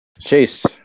Chase